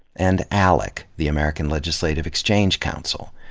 and alec, the american legislative exchange council.